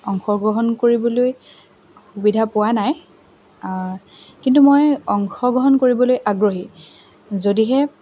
অংশগ্ৰহণ কৰিবলৈ সুবিধা পোৱা নাই কিন্তু মই অংশগ্ৰহণ কৰিবলৈ আগ্ৰহী যদিহে